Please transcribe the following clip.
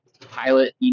Pilot